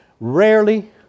Rarely